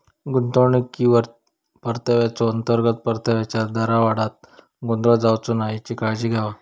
गुंतवणुकीवरल्या परताव्याचो, अंतर्गत परताव्याच्या दरावांगडा गोंधळ जावचो नाय हेची काळजी घेवा